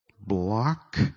Block